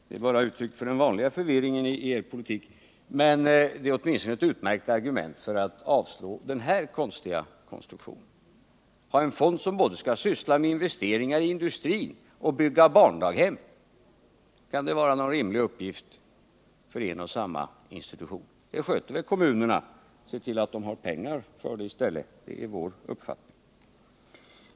Det är bara uttryck för den vanliga förvirringen i er politik, men det är åtminstone ett utmärkt argument för att avslå denna vpk:s underliga konstruktion. Fonden skulle syssla med investeringar i industrin och bygga barndaghem — kan det vara någon rimlig uppgift för en och samma institution? Det sköter väl kommunerna. Man skall se till att de har pengar till det i stället — det är vår uppfattning.